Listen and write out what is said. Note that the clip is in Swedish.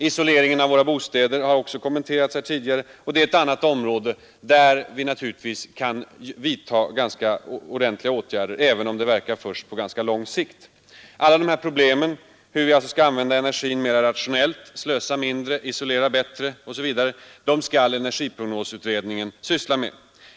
Isoleringen av våra bostäder, som också har berörts här tidigare, är ett annat område där vi naturligtvis kan vidta åtgärder, även om de verkar först på lång sikt. Alla dessa problem hur vi skall använda energin mera rationellt, dvs. slösa mindre, isolera bättre osv., skall energiprognosutredningen syssla med.